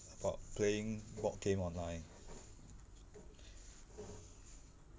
about playing board game online